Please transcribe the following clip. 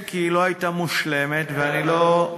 כן, כי היא לא הייתה מושלמת ואני לא,